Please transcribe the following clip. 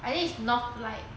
I think it's northlight